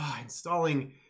installing